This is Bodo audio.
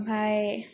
आमफाय